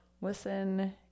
Listen